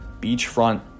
beachfront